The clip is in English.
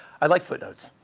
i like footnotes.